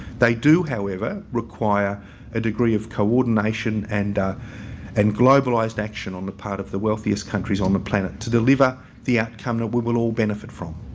they do however require a degree of coordination and and globalised action on the part of the wealthiest countries on the planet to deliver the outcome that and we will all benefit from.